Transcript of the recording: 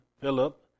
Philip